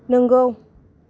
नोंगौ